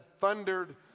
thundered